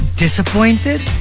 Disappointed